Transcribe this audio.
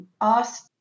asked